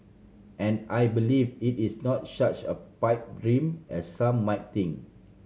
and I believe it is not such a pipe dream as some might think